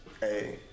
Hey